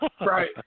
Right